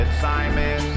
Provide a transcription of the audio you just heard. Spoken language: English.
Simon